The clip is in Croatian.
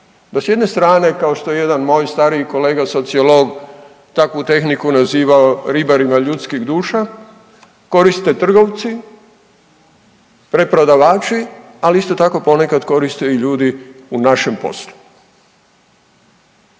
Da s jedne strane, kao što je jedan moj stariji kolega sociolog takvu tehnikama nazivao ribarima ljudskih duša, koriste trgovci, preprodavači, ali isto tako, ponekad koriste i ljudi u našem poslu.